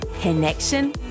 connection